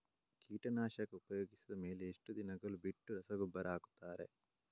ಕೀಟನಾಶಕ ಉಪಯೋಗಿಸಿದ ಮೇಲೆ ಎಷ್ಟು ದಿನಗಳು ಬಿಟ್ಟು ರಸಗೊಬ್ಬರ ಹಾಕುತ್ತಾರೆ?